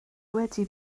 wedi